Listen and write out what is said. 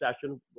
session